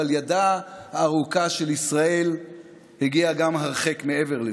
אבל ידה הארוכה של ישראל הגיעה גם הרחק מעבר לזה.